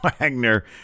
Wagner